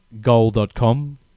Goal.com